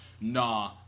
nah